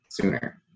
sooner